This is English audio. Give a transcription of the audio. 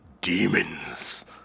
Demons